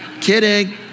Kidding